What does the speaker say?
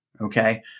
okay